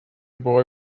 boy